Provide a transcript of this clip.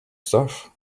stuff